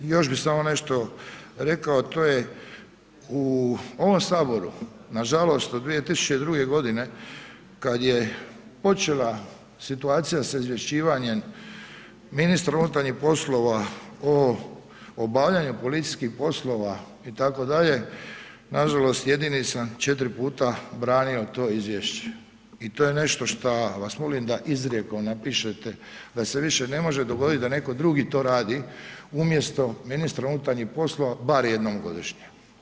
Još bi samo nešto rekao, to je u ovom HS nažalost od 2002.g. kad je počela situacija sa izvješćivanjem ministra unutarnjih poslova o obavljanju policijskih poslova itd., nažalost, jedini sam 4 puta branio to izvješće i to je nešto šta vas molim da izrijekom napišete da se više ne može dogoditi da netko drugi to radi umjesto ministra unutarnjih poslova bar jednom godišnje.